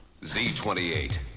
Z28